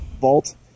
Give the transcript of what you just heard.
Vault